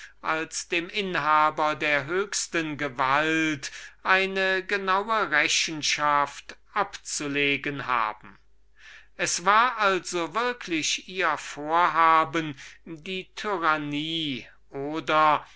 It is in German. bei einer kleinen anzahl liegt welche eine genaue rechenschaft abzulegen verbunden sind es war also würklich ihr vorhaben die tyrannie oder